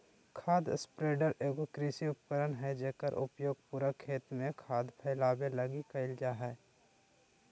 खाद स्प्रेडर एगो कृषि उपकरण हइ जेकर उपयोग पूरा खेत में खाद फैलावे लगी कईल जा हइ